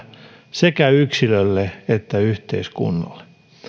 sekä yksilölle että yhteiskunnalle